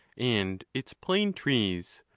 and its plane-trees.